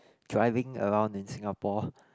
driving around in Singapore